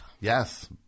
Yes